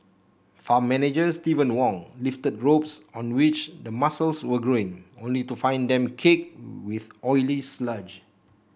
farm manager Steven Wong lifted ropes on which the mussels were growing only to find them caked with oily sludge